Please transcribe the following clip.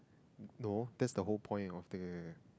no that's the whole point of the